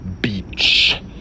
Beach